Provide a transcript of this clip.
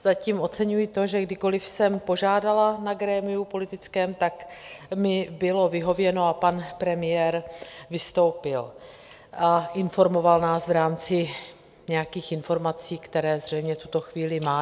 Zatím oceňuji to, že kdykoliv jsem požádala na politickém grémiu, tak mi bylo vyhověno, pan premiér vystoupil a informoval nás v rámci nějakých informací, které zřejmě v tuto chvíli má.